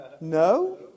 no